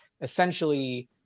essentially